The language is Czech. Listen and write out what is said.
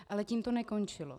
Ale tím to nekončilo.